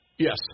Yes